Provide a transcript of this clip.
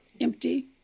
empty